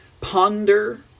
ponder